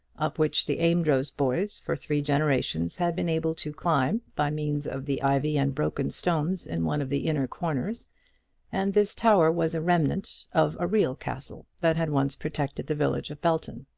up which the amedroz boys for three generations had been able to climb by means of the ivy and broken stones in one of the inner corners and this tower was a remnant of a real castle that had once protected the village of belton.